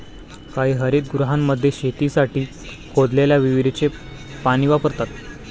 काही हरितगृहांमध्ये शेतीसाठी खोदलेल्या विहिरीचे पाणी वापरतात